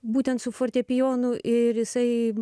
būtent su fortepijonu ir jisai